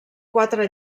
quatre